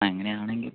അങ്ങനെ ആണെങ്കിൽ